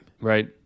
Right